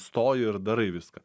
stoji ir darai viską